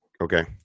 Okay